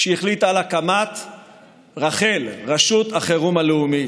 כשהחליטה על הקמת רח"ל, רשות החירום הלאומית.